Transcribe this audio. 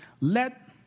Let